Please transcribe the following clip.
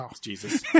Jesus